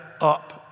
up